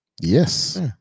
Yes